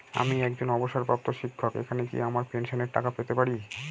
আমি একজন অবসরপ্রাপ্ত শিক্ষক এখানে কি আমার পেনশনের টাকা পেতে পারি?